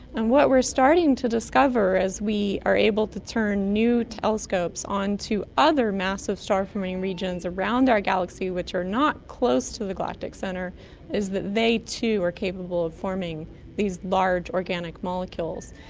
and what we're starting to discover as we are able to turn new telescopes onto other massive star forming regions around our galaxy which are not close to the galactic centre is that they too are capable of forming these large organic molecules,